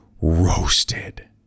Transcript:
roasted